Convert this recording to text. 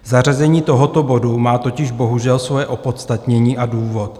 Zařazení tohoto bodu má totiž bohužel svoje opodstatnění a důvod.